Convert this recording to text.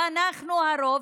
אנחנו הרוב,